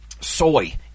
soy